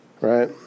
right